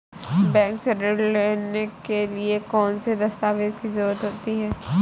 Bank से ऋण लेने के लिए कौन से दस्तावेज की जरूरत है?